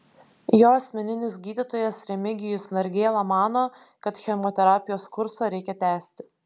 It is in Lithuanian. jo asmeninis gydytojas remigijus nargėla mano kad chemoterapijos kursą reikia tęsti